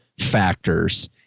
factors